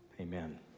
amen